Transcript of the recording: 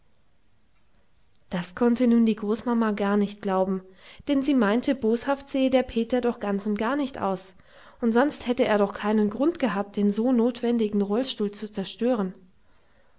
das konnte nun die großmama gar nicht glauben denn sie meinte boshaft sehe der peter doch ganz und gar nicht aus und sonst hätte er doch keinen grund gehabt den so notwendigen rollstuhl zu zerstören